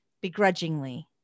begrudgingly